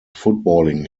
footballing